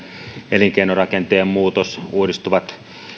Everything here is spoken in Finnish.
elinkeinorakenteen muutos uudistuvat